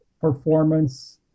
performance